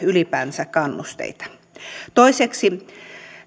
ylipäänsä kannusteita toiseksi